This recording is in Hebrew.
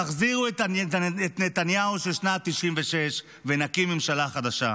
תחזירו את נתניהו של שנת 1996, ונקים ממשלה חדשה.